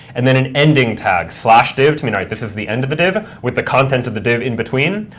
and then an ending tag, slash div, to mean, all right, this is the end of the div with the content of the div in between.